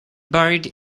buried